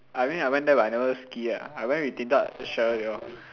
I mean I went there but I never ski ah I went with Din-Tat Sheryl they all